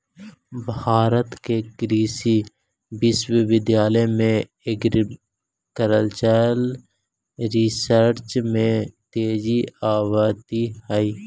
भारत के कृषि विश्वविद्यालय में एग्रीकल्चरल रिसर्च में तेजी आवित हइ